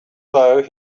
though